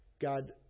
God